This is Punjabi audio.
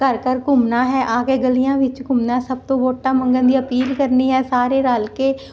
ਘਰ ਘਰ ਘੁੰਮਣਾ ਹੈ ਆ ਕੇ ਗਲੀਆਂ ਵਿੱਚ ਘੁੰਮਣਾ ਸਭ ਤੋਂ ਵੋਟਾਂ ਮੰਗਣ ਦੀ ਅਪੀਲ ਕਰਨੀ ਹੈ ਸਾਰੇ ਰਲ ਕੇ